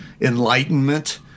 Enlightenment